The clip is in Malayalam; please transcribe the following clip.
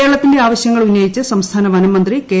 കേരളത്തിന്റെ ആവശ്യങ്ങൾ ഉന്നയിച്ച് സംസ്ഥാന വനം മന്ത്രി കെ